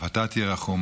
אתה תהיה רחום.